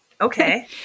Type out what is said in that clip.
Okay